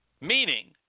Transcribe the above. Meaning